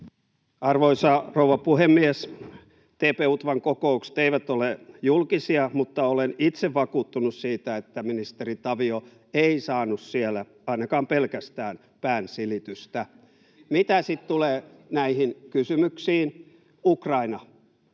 Arvoisa rouva puhemies! TP-UTVAn kokoukset eivät ole julkisia, mutta olen itse vakuuttunut siitä, että ministeri Tavio ei saanut siellä ainakaan pelkästään päänsilitystä. [Eva Biaudet: Mitä sitten